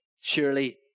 surely